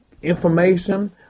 information